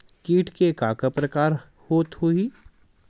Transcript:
कीट के का का प्रकार हो होही?